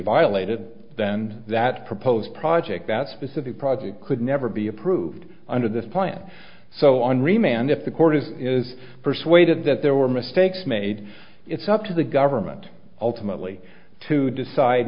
violated then that proposed project that specific project could never be approved under this plan so on remand if the court is persuaded that there were mistakes made it's up to the government ultimately to decide